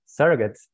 surrogates